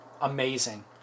Amazing